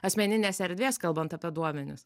asmeninės erdvės kalbant apie duomenis